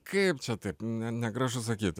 kaip čia taip ne negražu sakyt